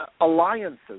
alliances